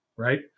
Right